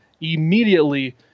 immediately